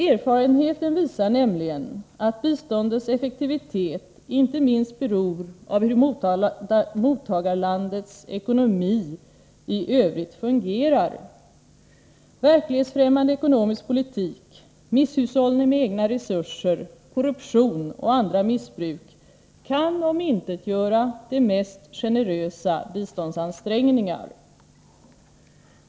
Erfarenheten visar nämligen att biståndets effektivitet inte minst beror av hur mottagarlandets ekonomi i övrigt fungerar. Verklighetsfrämmande ekonomisk politik, misshushållning med egna resurser, korruption och andra missbruk kan omintetgöra de mest generösa biståndsansträngningar.